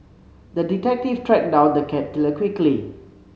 the detective tracked down the cat killer quickly